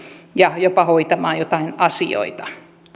ja jopa hoitamaan jotain asioita